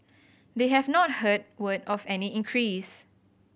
they have not heard word of any increase